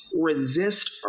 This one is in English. resist